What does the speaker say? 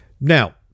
Now